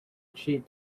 cheat